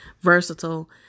versatile